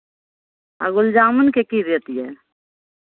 आ गुलजामुनके की रेट यए